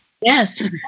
Yes